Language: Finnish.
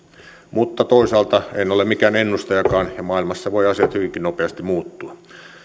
mutta toisaalta en ole mikään ennustajakaan ja maailmassa voivat asiat hyvinkin nopeasti muuttua